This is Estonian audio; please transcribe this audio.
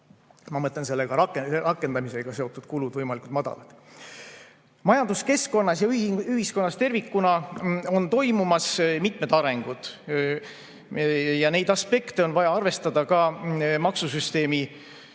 Ma mõtlen, selle rakendamisega seotud kulud [peavad] olema võimalikult madalad. Majanduskeskkonnas ja ühiskonnas tervikuna on toimumas mitmed arengud. Neid aspekte on vaja arvestada ka maksusüsteemi